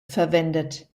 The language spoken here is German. verwendet